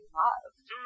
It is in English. loved